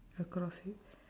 across you